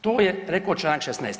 To je rekao članak 16.